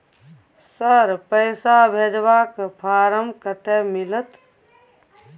Sir, पैसा भेजबाक form कत्ते मिलत?